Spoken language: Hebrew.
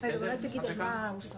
אולי תגיד על מה הוסרה?